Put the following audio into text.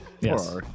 yes